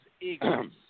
eagles